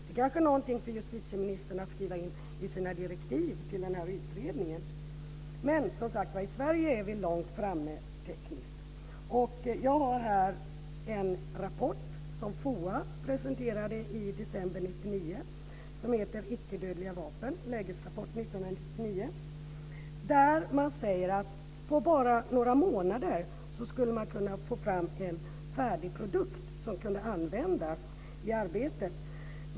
Det är kanske någonting för justitieministern att skriva in i sina direktiv till den här utredningen. I Sverige är vi, som sagt, långt framme tekniskt. Jag har här en rapport som FOA presenterade i december 1999 som heter Icke-dödliga vapen - lägesrapport 1999. Där säger man att man på bara några månader skulle kunna få fram en färdig produkt som skulle kunna användas i arbetet.